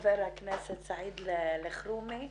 חבר הכנסת סעיד אלחרומי,